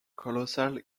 colossal